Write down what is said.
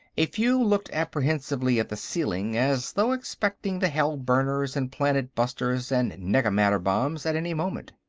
a few looked apprehensively at the ceiling, as though expecting the hellburners and planet-busters and nega-matter-bombs at any moment.